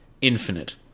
Infinite